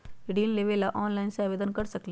ऋण लेवे ला ऑनलाइन से आवेदन कर सकली?